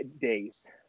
days